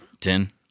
Ten